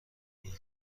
این